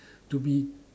to be